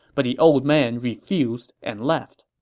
but the old man refused and left.